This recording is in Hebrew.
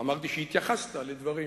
אמרתי שהתייחסת לדברים,